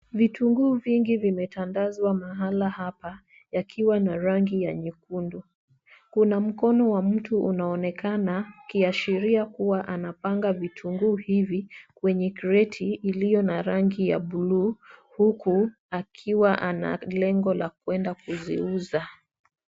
Vitunguu vingi vimetandazwa mahala hapa, yakiwa na rangi ya nyekundu. Kuna mkono wa mtu unaonekana ikiashiria kuwa anapanga vitunguu hivi kwenye kreti ilio na rangi ya buluu huku akiwa ana lengo la kwenda kuziuza.